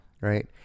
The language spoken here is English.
Right